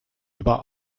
über